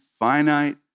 Finite